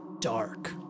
dark